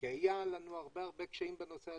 כי היו לנו הרבה קשיים בנושא,